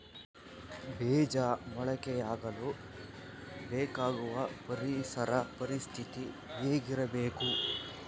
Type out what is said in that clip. ಬೇಜ ಮೊಳಕೆಯಾಗಲು ಬೇಕಾಗುವ ಪರಿಸರ ಪರಿಸ್ಥಿತಿ ಹೇಗಿರಬೇಕು?